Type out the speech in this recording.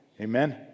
Amen